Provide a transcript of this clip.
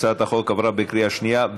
הצעת החוק עברה בקריאה שנייה.